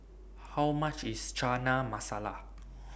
How much IS Chana Masala